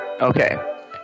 okay